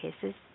cases